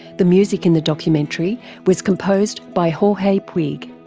the music in the documentary was composed by jorge puig.